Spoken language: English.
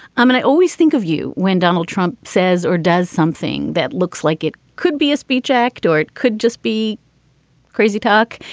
i mean, i always think of you when donald trump says or does something that looks like it could be a speech act or it could just be crazy talk.